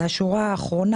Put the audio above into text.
השורה האחרונה,